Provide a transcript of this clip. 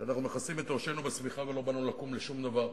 אנחנו מכסים את ראשינו בשמיכה ולא בא לנו לקום לשום דבר,